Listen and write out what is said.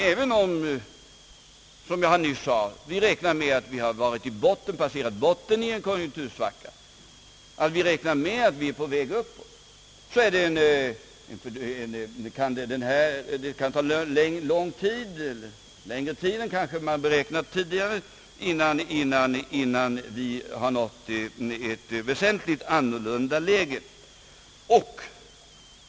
Även om, som jag nyss sade, vi räknar med att ha passerat botten i en konjunktursvacka och är på väg uppåt, så kan det ta längre tid än man kanske beräknat tidigare, innan vi har nått ett läge som är väsentligt annorlunda.